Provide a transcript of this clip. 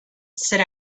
sit